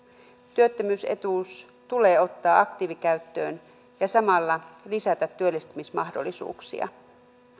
työttömyysetuus tulee ottaa aktiivikäyttöön ja samalla lisätä työllistymismahdollisuuksia